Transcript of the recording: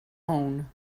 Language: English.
own